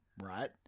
right